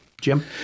Jim